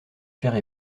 faire